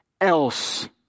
else